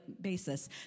basis